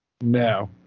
No